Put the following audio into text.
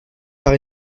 par